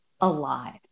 alive